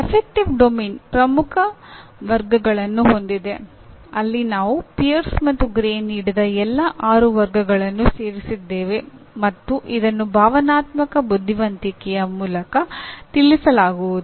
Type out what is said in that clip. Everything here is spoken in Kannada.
ಗಣನ ಕ್ಷೇತ್ರವು ಪ್ರಮುಖ ವರ್ಗಗಳನ್ನು ಹೊಂದಿದೆ ಅಲ್ಲಿ ನಾವು ಪಿಯರ್ಸ್ ಮತ್ತು ಗ್ರೇ ನೀಡಿದ ಎಲ್ಲ ಆರು ವರ್ಗಗಳನ್ನು ಸೇರಿಸಿದ್ದೇವೆ ಮತ್ತು ಇದನ್ನು ಭಾವನಾತ್ಮಕ ಬುದ್ಧಿವಂತಿಕೆಯ ಮೂಲಕ ತಿಳಿಸಲಾಗುವುದು